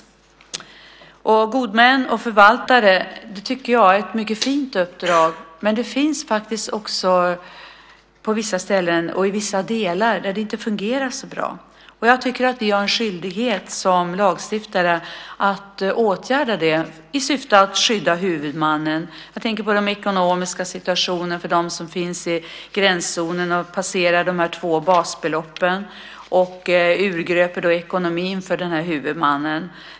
Att vara god man och förvaltare tycker jag är ett fint uppdrag, men det finns också vissa ställen och vissa delar som inte fungerar så bra. Som lagstiftare har vi en skyldighet att åtgärda detta i syfte att skydda huvudmannen. Jag tänker på den ekonomiska situationen för den som finns i gränszonen och passerar de två basbeloppen. Detta urgröper ekonomin för huvudmannen.